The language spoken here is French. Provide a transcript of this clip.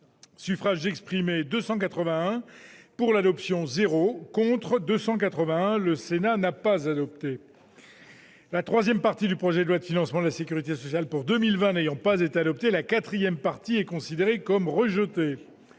le résultat du scrutin n° 36 : Le Sénat n'a pas adopté. La troisième partie du projet de loi de financement de la sécurité sociale pour 2020 n'ayant pas été adoptée, la quatrième partie est considérée comme rejetée.